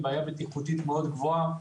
הם בעיקר בעיה בטיחותית גדולה מאוד,